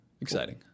Exciting